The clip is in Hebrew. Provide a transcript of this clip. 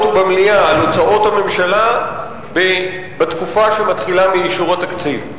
ובמליאה על הוצאות הממשלה בתקופה שמתחילה באישור התקציב.